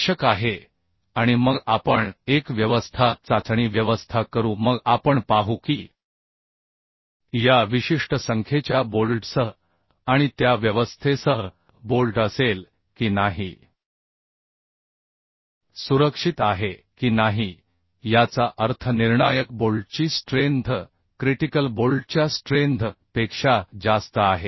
आवश्यक आहे आणि मग आपण एक व्यवस्था चाचणी व्यवस्था करू मग आपण पाहू की या विशिष्ट संख्येच्या बोल्टसह आणि त्या व्यवस्थेसह बोल्ट असेल की नाही सुरक्षित आहे की नाही याचा अर्थ निर्णायक बोल्टची स्ट्रेंथ क्रिटिकल बोल्टच्या स्ट्रेंथ पेक्षा जास्त आहे